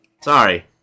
Sorry